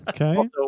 Okay